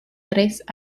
tres